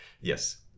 yes